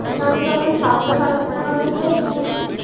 আচ্ছা আমি তাহলে ওই সাতটা সাড়ে সাতটা নাগাদ যাই আপনার কাছে